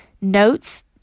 notes